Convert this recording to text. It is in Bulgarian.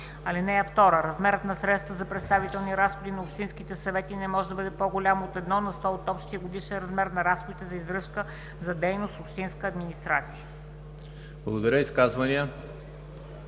(2) Размерът на средствата за представителни разходи за общинските съвети не може да бъде по-голям от 1 на сто от общия годишен размер на разходите за издръжка за дейност „Общинска администрация“.